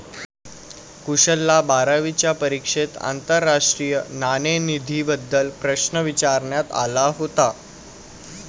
कुशलला बारावीच्या परीक्षेत आंतरराष्ट्रीय नाणेनिधीबद्दल प्रश्न विचारण्यात आला होता